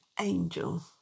angel